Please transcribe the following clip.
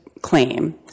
claim